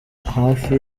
hafi